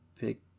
Pick